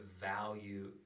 value